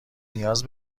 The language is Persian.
نیاز